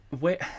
Wait